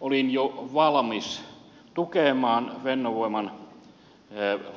olin jo valmis tukemaan fennovoiman